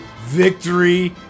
victory